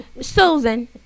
Susan